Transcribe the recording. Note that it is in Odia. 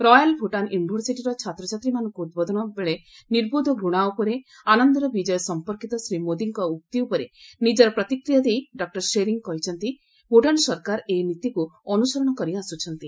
ରୟାଲ୍ ଭୁଟାନ୍ ୟୁନିଭର୍ସିଟିର ଛାତ୍ରଛାତ୍ରୀମାନଙ୍କୁ ଉଦ୍ବୋଧନ ବେଳେ ନିର୍ବୋଧ ଘୂଣା ଉପରେ ଆନନ୍ଦର ବିଜୟ ସମ୍ପର୍କିତ ଶ୍ରୀ ମୋଦିଙ୍କ ଉକ୍ତି ଉପରେ ନିଜର ପ୍ରତିକ୍ରିୟା ଦେଇ ଡକ୍ଟର ସେରିଙ୍ଗ୍ କହିଛନ୍ତି ଭୁଟାନ୍ ସରକାର ଏହି ନୀତିକୁ ଅନୁସରଣ କରିଆସୁଛନ୍ତି